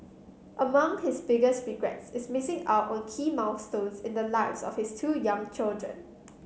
among his biggest regrets is missing out on key milestones in the lives of his two young children